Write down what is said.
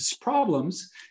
problems